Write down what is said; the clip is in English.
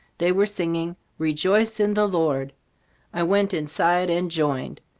they were singing rejoice in the lord i went inside and joined.